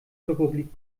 republik